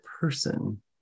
person